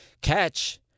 catch